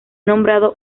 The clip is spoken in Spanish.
nombrado